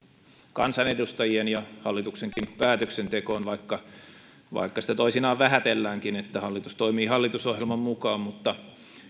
kansanedustajien ja hallituksenkin päätöksentekoon vaikka vaikka sitä toisinaan vähätelläänkin sillä että hallitus toimii hallitusohjelman mukaan mutta